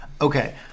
Okay